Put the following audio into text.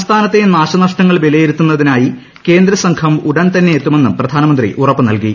സംസ്ഥാനത്തെ നാശനഷ്ടങ്ങൾ വിലയിരുത്തുന്നതിനായി കേന്ദ്രസാർല്ലം ഉടൻ തന്നെ എത്തുമെന്നും പ്രധാനമന്ത്രി ഉണ്ണു ന്നൽകി